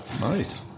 Nice